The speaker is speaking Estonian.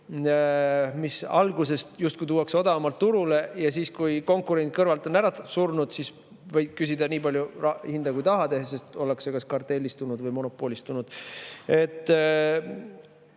mis alguses justkui tuuakse odavamalt turule ja siis, kui konkurendid kõrvalt on ära surnud, võib küsida nii [kõrget] hinda, kui tahetakse, sest ollakse kas kartellistunud või monopolistunud.